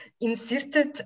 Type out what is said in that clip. insisted